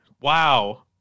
Wow